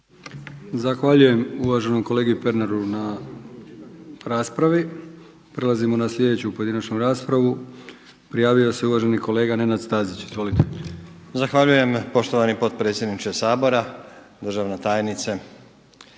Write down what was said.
Zahvaljujem uvaženom kolegi Pernaru na raspravi. Prelazimo na sljedeću pojedinačnu raspravu. Prijavio se uvaženi kolega Nenad Stazić. Izvolite. **Stazić, Nenad (SDP)** Zahvaljujem poštovani potpredsjedniče Sabora, državna tajnice,